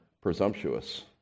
presumptuous